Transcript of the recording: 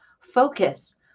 focus